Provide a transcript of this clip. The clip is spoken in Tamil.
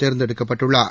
தேர்ந்தெடுக்கப்பட்டுள்ளார்